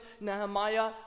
Nehemiah